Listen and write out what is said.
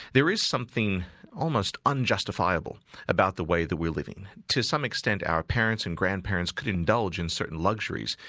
there is something almost unjustifiable about the way that we're living. to some extent our parents and grandparents could indulge in certain luxuries,